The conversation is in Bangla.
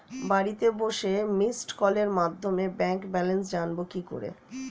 বাড়িতে বসে মিসড্ কলের মাধ্যমে ব্যাংক ব্যালেন্স জানবো কি করে?